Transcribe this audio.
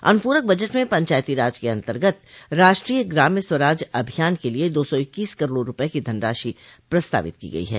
अनुपूरक बजट में पचायती राज के अन्तर्गत राष्ट्रीय ग्राम्य स्वराज अभियान के लिये दो सौ इक्कीस करोड़ रूपये की धनराशि प्रस्तावित की गई है